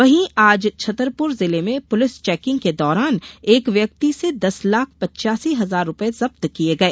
वहीं आज छतरपुर जिले में पुलिस चेकिंग के दौरान एक व्यक्ति से दस लाख पच्चासी हजार रुपए जब्त किए गए